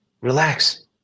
relax